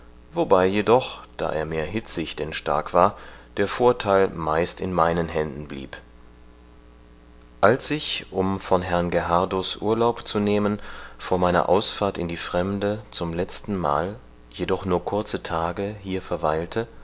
wobei jedoch da er mehr hitzig denn stark war der vortheil meist in meinen händen blieb als ich um von herrn gerhardus urlaub zu nehmen vor meiner ausfahrt in die fremde zum letzten mal jedoch nur kurze tage hier verweilte